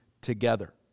together